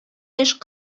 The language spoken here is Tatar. яшь